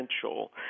potential